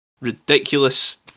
ridiculous